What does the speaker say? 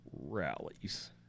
rallies